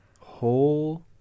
whole